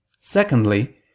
Secondly